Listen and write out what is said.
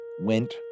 went